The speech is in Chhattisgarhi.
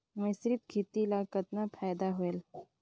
मिश्रीत खेती ल कतना फायदा होयल?